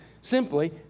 simply